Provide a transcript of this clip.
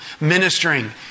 ministering